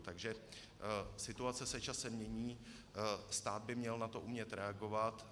Takže situace se časem mění a stát by na to měl umět reagovat.